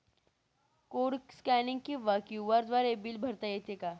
Code scanning किंवा Q R द्वारे bill भरता येते का?